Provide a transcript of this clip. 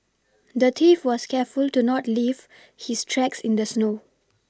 the thief was careful to not leave his tracks in the snow